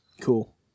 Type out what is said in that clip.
Cool